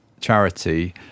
charity